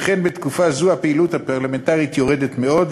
שכן בתקופה זו הפעילות הפרלמנטרית יורדת מאוד,